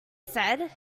said